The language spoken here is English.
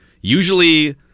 usually